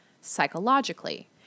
psychologically